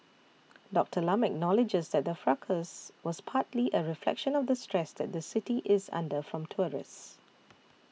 Doctor Lam acknowledges that the fracas was partly a reflection of the stress that the city is under from tourists